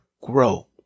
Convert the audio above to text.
grow